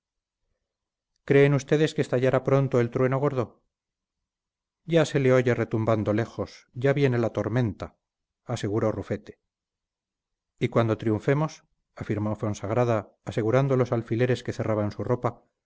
creen ustedes que estallará pronto el trueno gordo ya se le oye retumbando lejos ya viene la tormenta aseguró rufete y cuando triunfemos afirmó fonsagrada asegurando los alfileres que cerraban su ropa